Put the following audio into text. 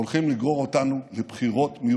הולכים לגרור אותנו לבחירות מיותרות.